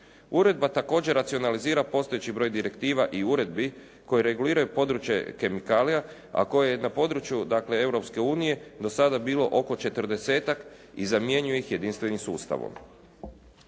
Uredba također racionalizira postojeći broj direktiva i uredbi koje reguliraju područje kemikalija a koje na području dakle Europske unije do sada bilo oko četrdesetak i zamjenjuje ih jedinstvenim sustavom.